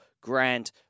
grand